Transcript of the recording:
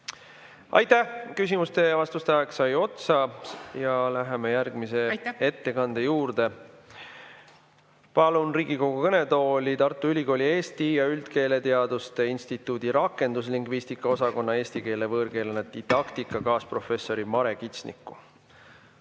Aitäh! Küsimuste ja vastuste aeg sai otsa. Läheme järgmise ettekande juurde. Palun Riigikogu kõnetooli Tartu Ülikooli eesti ja üldkeeleteaduse instituudi rakenduslingvistika osakonna eesti keele võõrkeelena didaktika kaasprofessori Mare Kitsniku.